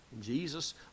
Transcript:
Jesus